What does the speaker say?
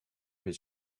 his